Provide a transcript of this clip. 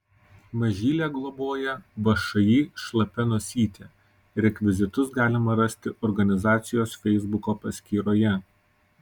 mažylę globoja všį šlapia nosytė rekvizitus galima rasti organizacijos feisbuko paskyroje